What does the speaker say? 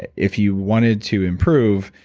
if you wanted to improve,